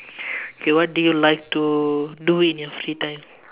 okay what do you like to do in your free time